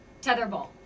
tetherball